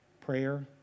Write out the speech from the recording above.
Prayer